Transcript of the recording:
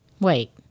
Wait